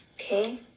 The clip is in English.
okay